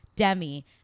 Demi